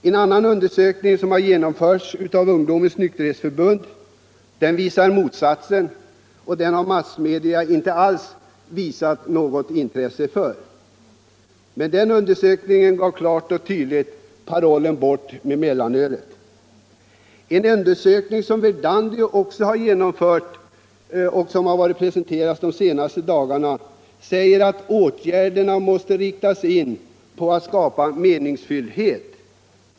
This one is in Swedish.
En annan undersökning, som genomförts av Ungdomens nykterhetsförbund, visar motsatsen. Den undersökningen har massmedierna inte alls visat något intresse för, men den angav klart och tydligt parollen Bort med mellanölet. En undersökning som Verdandi genomfört och som har presenterats de senaste dagarna säger att åtgärderna måste riktas in på att skapa meningsfull fritidsaktivitet.